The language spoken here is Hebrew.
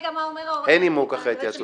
תקשיבו רגע מה אומר היועץ המשפטי.